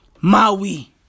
Maui